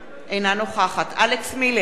אינה נוכחת אלכס מילר,